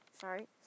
Sorry